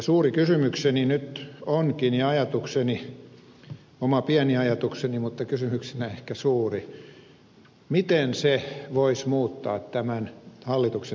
suuri kysymykseni ja oma pieni ajatukseni nyt onkin miten se voisi muuttaa tämän hallituksen toimenpidekertomuksenkin luonnetta